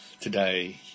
today